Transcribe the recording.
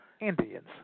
Indians